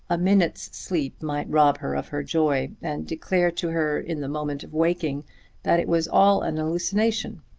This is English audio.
a minute's sleep might rob her of her joy and declare to her in the moment of waking that it was all an hallucination.